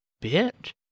bit